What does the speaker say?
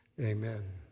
amen